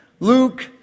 Luke